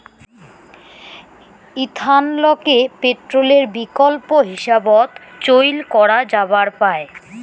ইথানলকে পেট্রলের বিকল্প হিসাবত চইল করা যাবার পায়